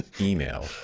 email